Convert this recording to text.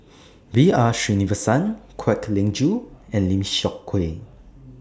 B R Sreenivasan Kwek Leng Joo and Lim Seok Hui